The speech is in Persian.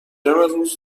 روز